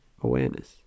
awareness